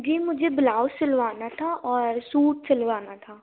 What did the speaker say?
जी मुझे ब्लाउज़ सिलवाना था और सूट सिलवाना था